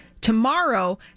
tomorrow